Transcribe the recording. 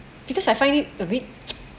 because I find it a bit